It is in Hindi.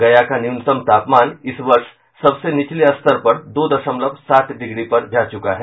गया का न्यूनतम तापमान इस वर्ष सबसे नीचले स्तर पर दो दशमलव सात डिग्री पर जा चुका है